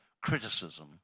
criticism